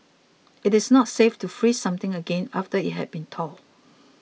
it is not safe to freeze something again after it had been thawed